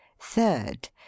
Third